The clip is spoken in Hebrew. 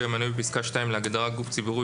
המנוי בפסקה (2) להגדרה "גוף ציבורי",